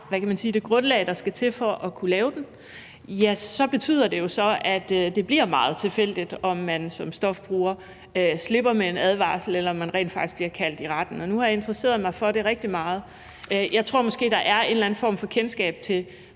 hvad kan man sige – det grundlag, der skal til, for at kunne lave den, ja, så betyder det jo, at det bliver meget tilfældigt, om man som stofbruger slipper med en advarsel, eller om man rent faktisk bliver kaldt i retten. Nu har jeg interesseret mig for det rigtig meget, og jeg tror, at der måske er en eller anden form for kendskab til